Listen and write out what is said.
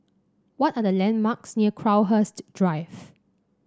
what are the landmarks near Crowhurst Drive